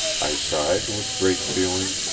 i sighed with great feeling,